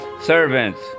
servants